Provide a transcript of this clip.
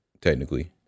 technically